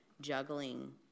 juggling